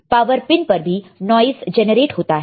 power pin पर भी noise generate होता है